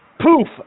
Poof